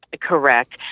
Correct